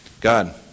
God